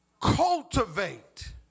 Cultivate